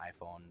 iPhone